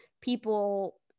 people